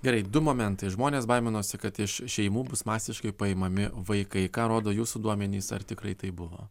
gerai du momentai žmonės baiminosi kad iš šeimų bus masiškai paimami vaikai ką rodo jūsų duomenys ar tikrai taip buvo